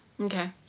Okay